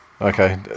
Okay